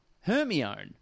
Hermione